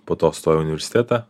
po to stojau į universitetą